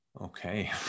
okay